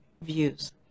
views